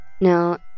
Now